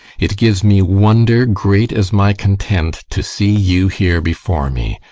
it gives me wonder great as my content to see you here before me.